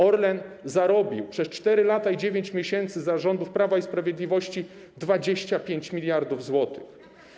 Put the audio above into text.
Orlen zarobił przez 4 lata i 9 miesięcy za rządów Prawa i Sprawiedliwości 25 mld zł.